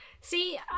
See